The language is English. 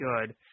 good